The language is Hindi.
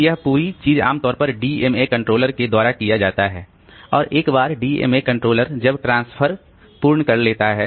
तो यह पूरी चीज आमतौर पर डीएमए कंट्रोलर के द्वारा किया जाता है और एक बार डीएमए कंट्रोलर जब ट्रांसफर पूर्ण कर लेता है